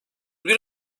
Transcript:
bir